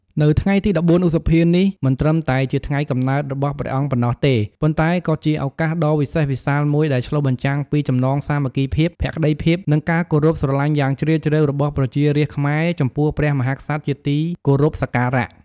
នៅថ្ងៃទី១៤ ឧសភា នេះ មិនត្រឹមតែជាថ្ងៃកំណើតរបស់ព្រះអង្គប៉ុណ្ណោះទេ ប៉ុន្តែក៏ជាឱកាសដ៏វិសេសវិសាលមួយដែលឆ្លុះបញ្ចាំងពី ចំណងសាមគ្គីភាព ភក្ដីភាព និងការគោរពស្រឡាញ់យ៉ាងជ្រាលជ្រៅ របស់ប្រជារាស្ត្រខ្មែរចំពោះព្រះមហាក្សត្រជាទីគោរពសក្ការៈ។